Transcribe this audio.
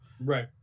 Right